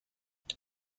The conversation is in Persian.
نقاط